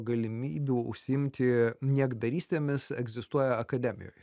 galimybių užsiimti niekdarystėmis egzistuoja akademijoj